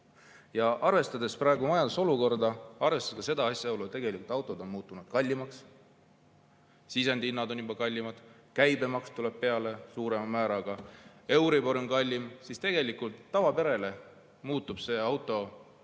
Arvestades praegust majandusolukorda, arvestades asjaolu, et autod on muutunud kallimaks, sisendihinnad on juba kallimad, käibemaks tuleb peale suurema määraga, euribor on kallim, siis tegelikult tavaperele muutub auto peaaegu